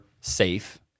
safe